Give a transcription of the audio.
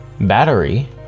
battery